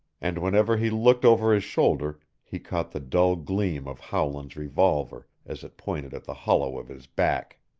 and whenever he looked over his shoulder he caught the dull gleam of howland's revolver as it pointed at the hollow of his back.